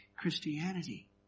Christianity